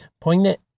poignant